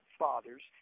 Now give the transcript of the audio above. fathers